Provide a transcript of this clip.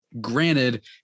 granted